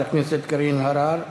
תודה רבה, חברת הכנסת קארין אלהרר.